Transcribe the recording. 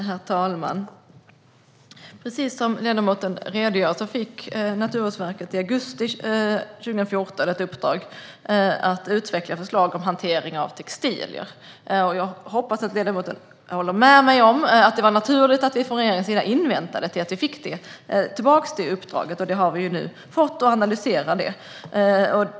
Herr talman! Precis som ledamoten redogör för fick Naturvårdsverket i augusti 2014 i uppdrag att utveckla förslag om hantering av textilier. Jag hoppas att ledamoten håller med mig om att det var naturligt att vi från regeringens sida inväntade svar från Naturvårdsverket. Det har vi nu fått, och vi analyserar det.